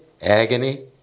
agony